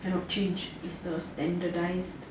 cannot change it's the standardise